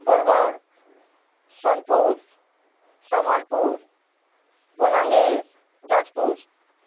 Bargarh Sonepur Sambalpur Balangir Jajpur